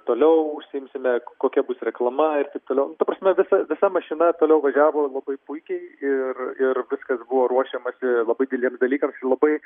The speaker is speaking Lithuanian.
toliau užsiimsime kokia bus reklama ir taip toliau ta prasme visa visa mašina toliau važiavo labai puikiai ir ir viskas buvo ruošiamasi labai dideliems dalykams ir labai